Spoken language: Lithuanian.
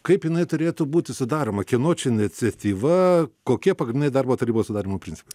kaip jinai turėtų būti sudaroma kieno čia iniciatyva kokie pagrindiniai darbo tarybos sudarymo principai